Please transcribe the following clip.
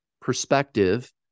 perspective